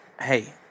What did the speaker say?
hey